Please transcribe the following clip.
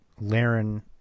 Laren